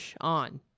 on